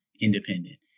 independent